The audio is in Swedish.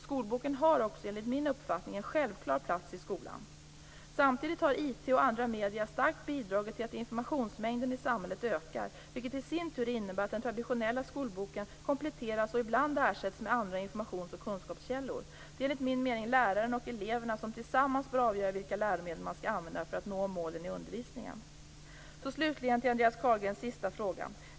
Skolboken har också, enligt min uppfattning, en självklar plats i skolan. Samtidigt har IT och andra medier starkt bidragit till att informationsmängden i samhället ökar, vilket i sin tur innebär att den traditionella skolboken kompletteras och ibland ersätts med andra informations och kunskapskällor. Det är, enligt min mening, läraren och eleverna som tillsammans bör avgöra vilka läromedel man skall använda för att nå målen i undervisningen. Så slutligen till Andreas Carlgrens sista fråga.